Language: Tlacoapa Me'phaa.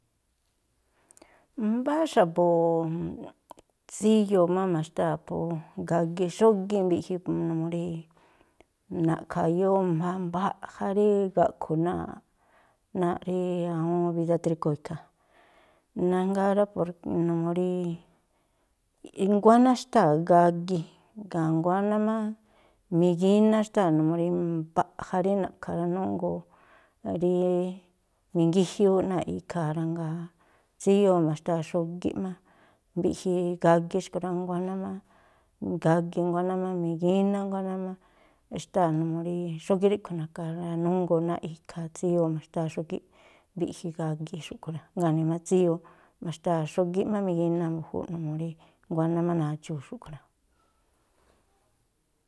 Mbáá xa̱bu̱ tsíyoo má ma̱xtáa̱ po gagi xógíꞌ mbiꞌji, numuu rí na̱ꞌkha̱yóó má mbaꞌja gaꞌkhu̱ náa̱ꞌ náa̱ꞌ rí awúún bídá drígóo̱ ikhaa̱. Nájngáá rá, por numuu rí, nguáná xtáa̱ gagi, jngáa̱ nguáná má migíná xtáa̱ numuu rí mbaꞌja rí na̱ꞌkha̱ ranújngoo rí mingíjiúúꞌ náa̱ ikhaa̱ rá, jngáa̱ tsíyoo ma̱xtáa̱ xógíꞌ má mbiꞌji gagi xkui̱ rá, nguáná má gagi, nguáná má migíná nguáná má xtáa̱, numuu rí xógíꞌ ríꞌkhui̱ na̱ka̱ ranújngoo náa̱ꞌ ikhaa̱, tsíyoo ma̱xtáa̱ xógíꞌ mbiꞌji gagi xúꞌkhui̱ rá. Jngáa̱ nimá tsíyoo ma̱xtáa̱ xógíꞌ má migíná mbu̱júúꞌ, numuu rí nguáná má nadxuu̱ xúꞌkhui̱ rá.